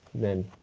then,